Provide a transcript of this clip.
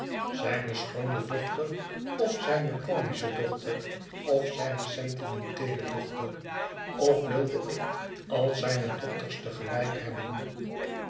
zijne schoone dochter of zijne comische dochter of zijne sentimenteele dochter of wilde ik al zijne dochters te gelijk hebben